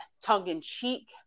tongue-in-cheek